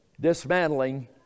dismantling